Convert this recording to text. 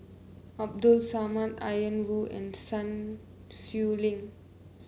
Abdul Samad Ian Woo and Sun Xueling